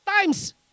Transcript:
Times